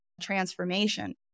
transformation